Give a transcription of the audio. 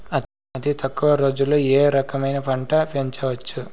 అతి తక్కువ రోజుల్లో ఏ రకమైన పంట పెంచవచ్చు?